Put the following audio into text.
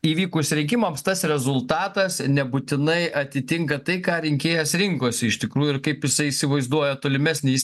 įvykus rinkimams tas rezultatas nebūtinai atitinka tai ką rinkėjas rinkosi iš tikrųjų ir kaip jisai įsivaizduoja tolimesnį jis